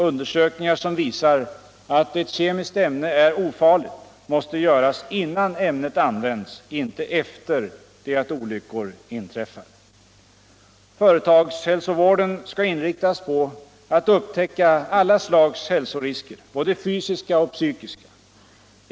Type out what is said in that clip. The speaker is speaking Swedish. Undersökningar som visar att ett kemiskt ämne är ofarligt måste gÖras imman ämnet används — inte efter det att olyckor inträffat. Företagshälsovården skall inriktas på att upptäcka alla slags hälsorisker, både fysiska och psykiska.